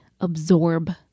absorb